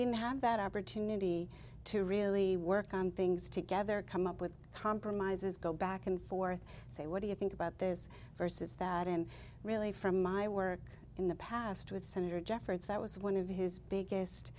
didn't have that opportunity to really work on things together come up with compromises go back and forth say what do you think about this versus that and really from my work in the past with senator jeffords that was one of his biggest